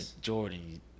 Jordan